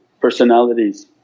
personalities